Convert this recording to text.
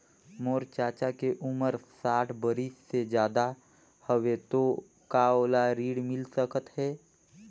मोर चाचा के उमर साठ बरिस से ज्यादा हवे तो का ओला ऋण मिल सकत हे?